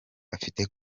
afite